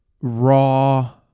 Raw